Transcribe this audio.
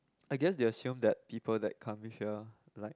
I guess you assume that people that come here like